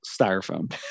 styrofoam